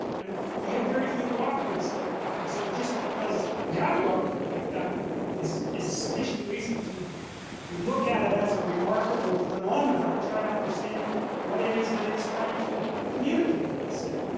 and we have very few documents like that. and so just because we have a document like that is is sufficient reason to to look at it as a remarkable phenomena and try to understand what it is that it's trying to communicate, let's say.